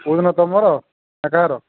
କେଉଁ ଦିନ ତମର ନା କାହାର